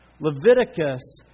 Leviticus